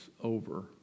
over